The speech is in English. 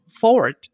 forward